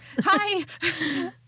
Hi